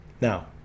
Now